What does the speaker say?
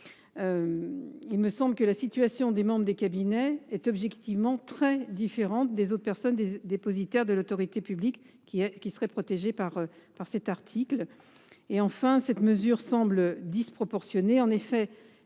il me semble que la situation des membres des cabinets est objectivement très différente des autres personnes dépositaires de l’autorité publique qui seraient protégées par cet article. Enfin, la mesure que vous proposez semble disproportionnée.